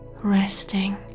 resting